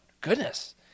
Goodness